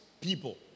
people